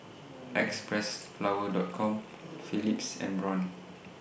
Xpressflower Dot Com Philips and Braun